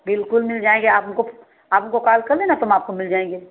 बिल्कुल मिल जाएंगे आप हमको आप हमको कॉल कर लेना तो हम आपको मिल जाएंगे